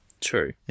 True